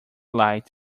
light